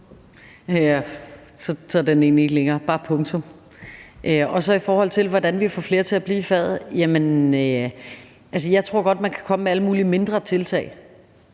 Så er den egentlig ikke længere. Bare punktum. Så er der det med, hvordan vi får flere til at blive i faget. Jeg tror godt, at man kan komme med alle mulige mindre tiltag.